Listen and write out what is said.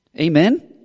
Amen